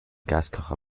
gaskocher